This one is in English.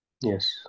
Yes